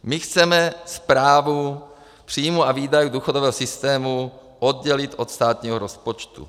My chceme správu příjmů a výdajů důchodového systému oddělit od státního rozpočtu.